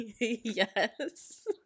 Yes